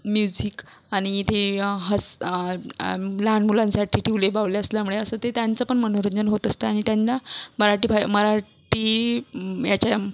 music आणि थे हस् लहान मुलांसाठी टिवले बाहुले असल्यामुळे असं ते त्यांचं पण मनोरंजन होत असतं आणि त्यांना मराठी भा मराठी याच्या